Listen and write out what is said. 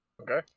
Okay